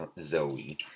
Zoe